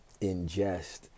ingest